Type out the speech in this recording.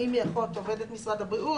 האם היא אחות עובדת משרד הבריאות,